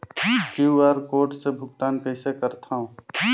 QR code से भुगतान कइसे करथव?